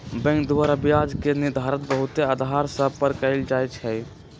bank द्वारा ब्याज के निर्धारण बहुते अधार सभ पर कएल जाइ छइ